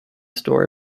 store